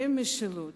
זה משילות,